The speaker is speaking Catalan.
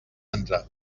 entrar